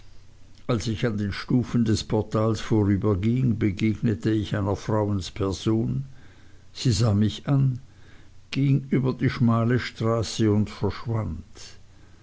als ich an den stufen des portals vorüberging begegnete ich einer frauensperson sie sah mich an ging über die schmale straße und verschwand